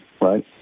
Right